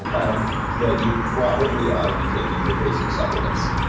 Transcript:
and um that you probably ought to be taking your basic supplements.